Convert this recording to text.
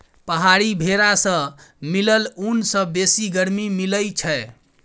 पहाड़ी भेरा सँ मिलल ऊन सँ बेसी गरमी मिलई छै